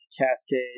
Cascade